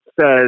says